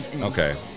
Okay